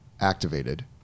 activated